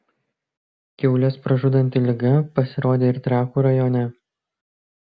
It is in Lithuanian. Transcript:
kiaules pražudanti liga pasirodė ir trakų rajone